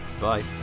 bye